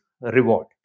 reward